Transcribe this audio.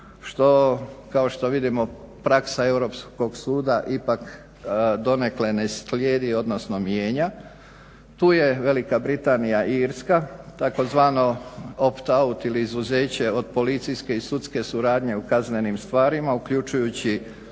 što kao što vidimo praksa Europskog suda ipak donekle ne slijedi odnosno mijenja. Tu je Velika Britanija i Irska, takozvano opt-aut ili izuzeće od policijske i sudske suradnje u kaznenim stvarima uključujući